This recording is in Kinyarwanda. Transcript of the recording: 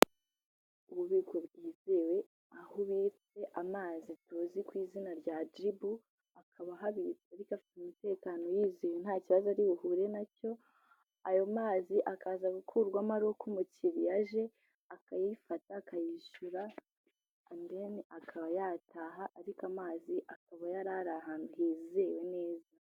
Ububiko bwizewe, aho bubitse amazi tuzi ku izina rya jibu, akaba ahabitse ariko afite umutekano, urizewe, nta kibazo ari buhure na cyo, ayo mazi akaza gukurwamo, aruko umukiriya aje, akayifata, akayishyura, andi deni akaba yataha, ariko amazi akaba yari ari ahantu hizewe neza.